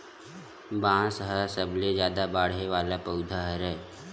बांस ह सबले जादा बाड़हे वाला पउधा हरय